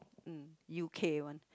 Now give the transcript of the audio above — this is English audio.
mm U_K one